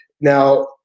Now